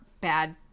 bad